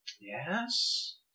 Yes